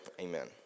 amen